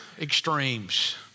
extremes